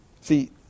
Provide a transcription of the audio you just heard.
See